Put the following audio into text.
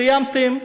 סיימתם.